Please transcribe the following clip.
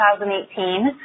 2018